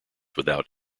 without